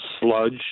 sludge